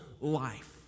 life